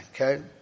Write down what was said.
okay